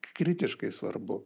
kritiškai svarbu